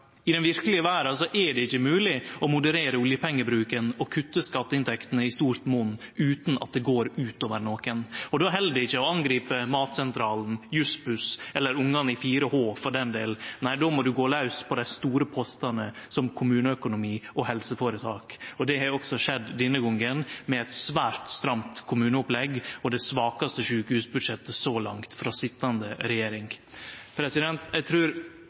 I den verkelege verda er det ikkje mogleg å moderere oljepengebruken og kutte skatteinntektene i stort monn utan at det går ut over nokon. Og då held det ikkje å angripe Matsentralen, Jussbuss eller ungane i 4H, for den del. Nei, då må ein gå laus på dei store postane, som kommuneøkonomi og helseføretak. Og det har også skjedd denne gongen med eit svært stramt kommuneopplegg og det svakaste sjukehusbudsjettet så langt frå sitjande regjering. Eg trur